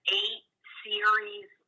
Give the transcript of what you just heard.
eight-series